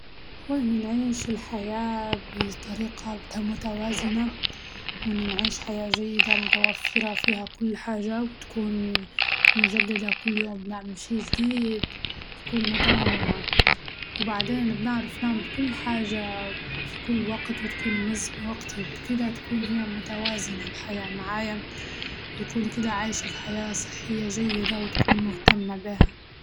هو إنا نعيش الحياة بطريقة متوازنة وإن نعيش حياة جيدة متوفرة فيها كل حاجة وتكون مجددة كل يوم نعمل شي جديد، وتكون متنوعة وبعدين بنعرف نعمل كل حاجة في كل وقت وتكون منظمة وقتي وكدة ونكون هي متوازنة الحياة معايا، ويكون كدة عايشة في حياة صحية جيدة وتكون مهتمة به.